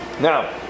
now